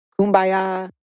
Kumbaya